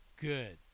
Good